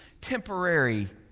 temporary